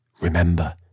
Remember